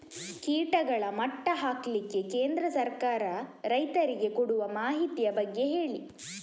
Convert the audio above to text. ಕೀಟಗಳ ಮಟ್ಟ ಹಾಕ್ಲಿಕ್ಕೆ ಕೇಂದ್ರ ಸರ್ಕಾರ ರೈತರಿಗೆ ಕೊಡುವ ಮಾಹಿತಿಯ ಬಗ್ಗೆ ಹೇಳಿ